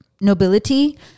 nobility